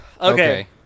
Okay